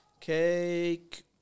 cake